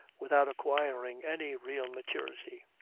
without acquiring any real maturity